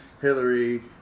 Hillary